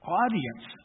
audience